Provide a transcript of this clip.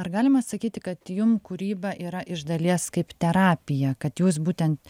ar galima sakyti kad jum kūryba yra iš dalies kaip terapija kad jūs būtent